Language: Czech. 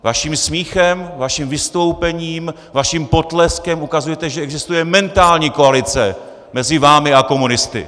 Vaším smíchem, vaším vystoupením, vaším potleskem ukazujete, že existuje mentální koalice mezi vámi a komunisty!